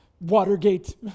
Watergate